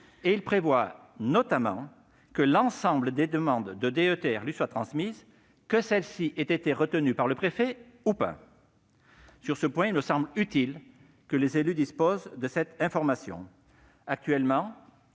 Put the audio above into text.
à prévoir que toutes les demandes de DETR lui soient transmises, que celles-ci aient été retenues par le préfet ou non. Sur ce point, il me semble utile que les élus disposent de cette information. Aujourd'hui,